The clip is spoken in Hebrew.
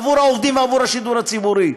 עבור העובדים ועבור השידור הציבורי.